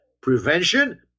prevention